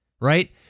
Right